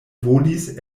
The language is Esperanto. volis